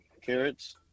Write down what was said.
Carrots